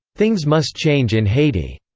things must change in haiti,